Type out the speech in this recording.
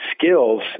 skills